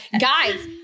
guys